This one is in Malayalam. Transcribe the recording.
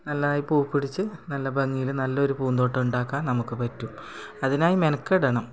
നല്ലതായി പൂ പിടിച്ച് നല്ല ഭംഗിയിൽ നല്ലൊരു പൂന്തോട്ടമുണ്ടാക്കാൻ നമുക്ക് പറ്റും അതിനായി മെനക്കെടണം